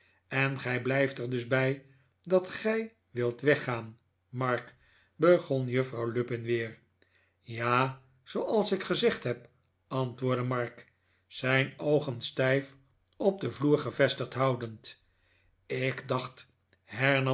en gij blijft er dus bij dat gij wilt weggaan mark begon juffrouw lupin weer ja zooals ik gezegd heb antwoordde mark zijn oogen stijf op den vloer gevestigd houdend ik dacht